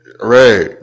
Right